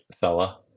fella